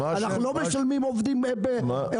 אנחנו לא משלמים על עובדים בזול,